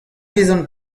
vezan